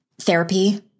Therapy